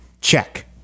Check